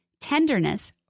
tenderness